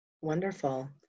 Wonderful